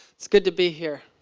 it's good to be here.